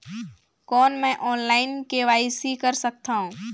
कौन मैं online KYC कर सकथव?